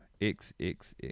XXX